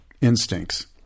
instincts